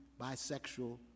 bisexual